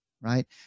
right